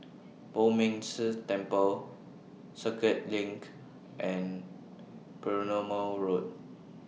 Poh Ming Tse Temple Circuit LINK and Perumal Road